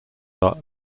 are